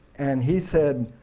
and he said,